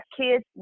kids